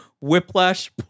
Whiplash